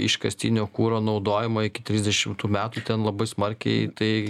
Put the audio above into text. iškastinio kuro naudojimą iki trisdešimtų metų ten labai smarkiai tai